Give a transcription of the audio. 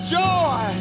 joy